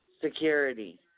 security